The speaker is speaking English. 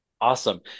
Awesome